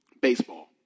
baseball